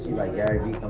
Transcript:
like garyvee.